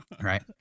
Right